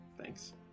Thanks